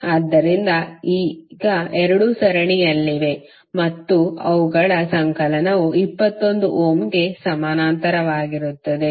ಆದ್ದರಿಂದ ಈ 2 ಸರಣಿಯಲ್ಲಿವೆ ಮತ್ತು ಅವುಗಳ ಸಂಕಲನವು 21 ಓಮ್ಗೆ ಸಮಾನಾಂತರವಾಗಿರುತ್ತದೆ